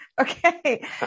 Okay